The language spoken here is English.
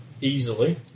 Easily